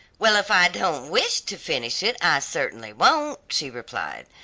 well if i don't wish to finish it, i certainly won't, she replied.